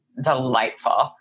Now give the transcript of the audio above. delightful